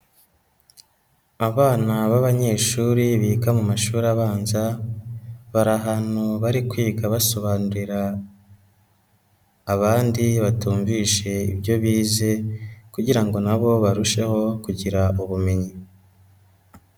Abana b'abanyeshuri biga mu mashuri abanza, bari ahantu bari kwiga basobanura abandi batumvise ibyo bize kugira ngo na bo barusheho kugira ubumenyi.